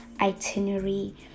itinerary